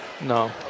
No